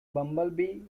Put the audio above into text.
bumblebee